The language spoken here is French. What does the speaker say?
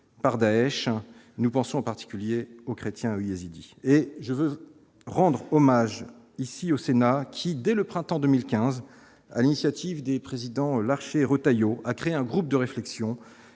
par Daech, hein nous pensons en particulier aux chrétiens yazidis et je veux rendre hommage ici au Sénat qui, dès le printemps 2015, à l'initiative des présidents Larché Retailleau a créé un groupe de réflexion